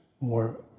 more